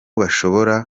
bashobora